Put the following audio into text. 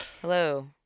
Hello